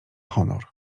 honor